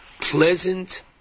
pleasant